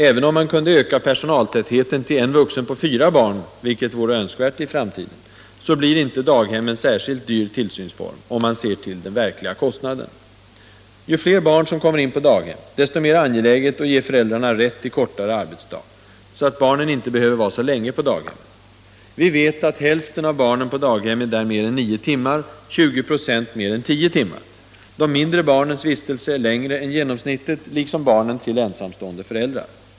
Även om man kunde öka personaltätheten till en vuxen på fyra barn — vilket vore önskvärt i framtiden — så blir inte daghem en särskilt dyr tillsynsform, om man ser till den verkliga kostnaden. Ju fler barn som kommer in på daghem, desto mer angeläget är det att ge föräldrarna rätt till kortare arbetsdag, så att barnen inte behöver vara så länge på daghemmet. Vi vet att hälften av barnen på daghemmen är där mer än nio timmar, 20 ". mer än tio timmar. De mindre barnens vistelse är längre än genomsnittet, liksom vistelsetiden för barnen till ensamstående föräldrar.